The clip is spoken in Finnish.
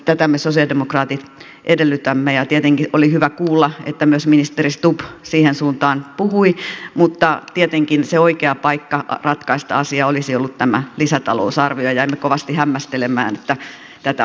tätä me sosialidemokraatit edellytämme ja tietenkin oli hyvä kuulla että myös ministeri stubb siihen suuntaan puhui mutta tietenkin se oikea paikka ratkaista asia olisi ollut tämä lisäta lousarvio ja jäimme kovasti hämmästelemään että tätä asiaa se ei sisällä